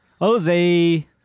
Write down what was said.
Jose